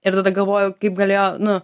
ir tada galvojau kaip galėjo nu